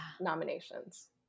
nominations